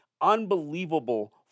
unbelievable